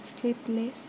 sleepless